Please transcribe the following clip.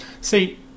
See